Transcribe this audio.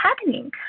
happening